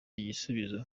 igisubizo